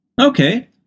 Okay